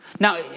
Now